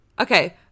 Okay